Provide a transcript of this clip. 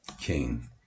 King